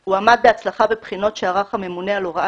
הוא עמד בהצלחה בבחינות שערך הממונה על הוראת